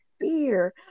fear